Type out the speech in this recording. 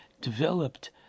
developed